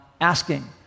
asking